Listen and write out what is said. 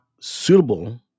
suitable